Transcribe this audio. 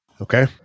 Okay